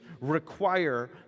require